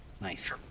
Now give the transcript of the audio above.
Nice